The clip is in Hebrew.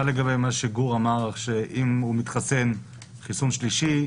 מה לגבי מה שגור אמר לגבי זה שהוא מתחסן חיסון שלישי?